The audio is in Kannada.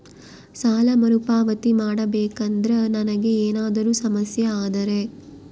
ಸಾಲ ಮರುಪಾವತಿ ಮಾಡಬೇಕಂದ್ರ ನನಗೆ ಏನಾದರೂ ಸಮಸ್ಯೆ ಆದರೆ?